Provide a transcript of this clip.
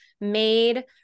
made